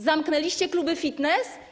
Zamknęliście kluby fitness.